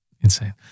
Insane